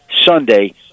Sunday